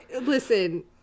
listen